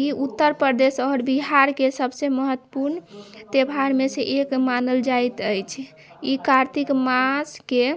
ई उत्तर प्रदेश आओर बिहार के सभसऽ महत्वपूर्ण त्यौहार मे से एक मानल जाइत अछि ई कार्तिक मास के